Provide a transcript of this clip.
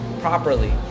properly